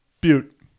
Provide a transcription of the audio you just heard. Butte